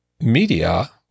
media